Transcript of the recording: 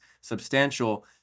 substantial